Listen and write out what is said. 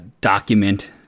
document